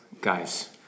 guys